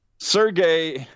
Sergey